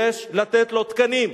יש לתת לו תקנים.